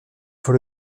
faut